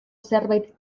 zerbait